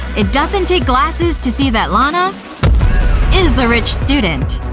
it doesn't take glasses to see that lana is a rich student.